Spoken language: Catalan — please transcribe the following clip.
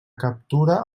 captura